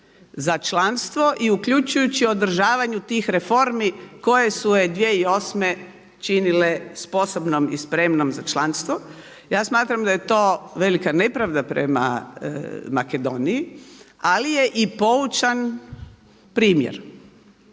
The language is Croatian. za članstvo i uključujući u održavanju tih reformi koje su je 2008. činile sposobnom i spremnom za članstvo. Ja smatram da je to velika nepravda prema Makedoniji ali je i poučan primjer